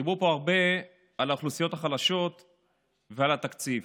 דיברו פה הרבה על האוכלוסיות החלשות ועל התקציב.